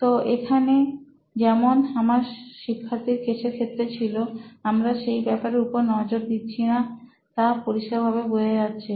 তোকে এখানে যেমন আমার শিক্ষার্থীর কেসের ক্ষেত্রে ছিল আমরা সেই ব্যাপারের উপর নজর দিচ্ছিনা তা পরিষ্কারভাবে বুঝা যাচ্ছে